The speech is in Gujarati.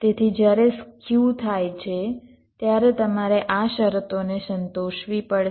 તેથી જ્યારે સ્ક્યુ થાય છે ત્યારે તમારે આ શરતોને સંતોષવી પડશે